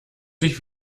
sich